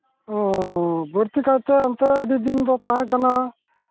ᱚ ᱵᱟᱹᱲᱛᱤ ᱠᱟᱭᱛᱮ ᱟᱱᱛᱚ ᱟᱹᱰᱤ ᱫᱤᱱ ᱫᱚ ᱛᱟᱦᱮᱸᱠᱟᱱᱟ